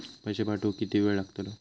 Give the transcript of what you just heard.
पैशे पाठवुक किती वेळ लागतलो?